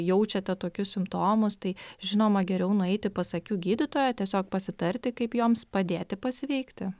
jaučiate tokius simptomus tai žinoma geriau nueiti pas akių gydytoją tiesiog pasitarti kaip joms padėti pasveikti